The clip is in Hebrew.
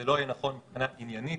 זה לא יהיה נכון מבחינה עניינית.